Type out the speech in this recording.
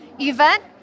event